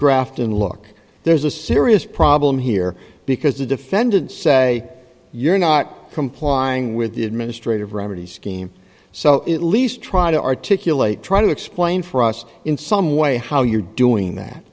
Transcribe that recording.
grafton look there's a serious problem here because the defendants say you're not complying with the administrative remedy scheme so at least try to articulate try to explain for us in some way how you're doing that